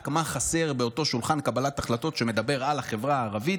רק מה חסר באותו שולחן קבלת החלטות שמדבר על החברה הערבית,